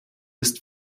ist